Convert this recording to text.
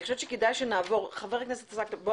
אני